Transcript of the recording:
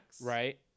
Right